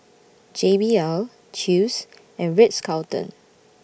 J B L Chew's and Ritz Carlton